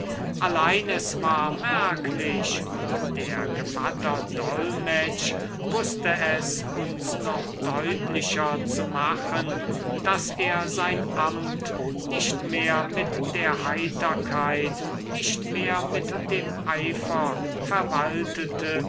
allein es war merklich und der gevatter dolmetsch wußte es uns noch deutlicher zu machen daß er sein amt nicht mehr mit der heiterkeit nicht mehr mit dem eifer verwaltete